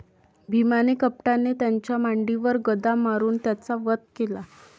भीमाने कपटाने त्याच्या मांडीवर गदा मारून त्याचा वध केला